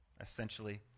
Essentially